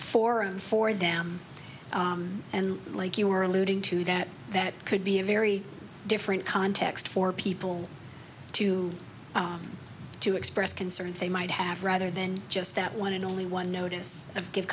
forum for them and like you were alluding to that that could be a very different context for people to to express concerns they might have rather than just that one and only one notice of give